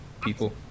people